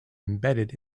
embedded